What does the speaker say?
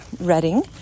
Reading